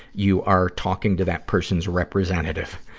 you are talking to that person's representative.